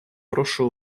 прошу